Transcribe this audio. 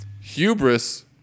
Hubris